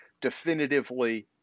definitively